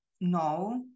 No